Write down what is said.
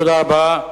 תודה רבה.